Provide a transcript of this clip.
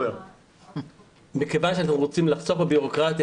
מכיוון שרוצים לחסוך בבירוקרטיה,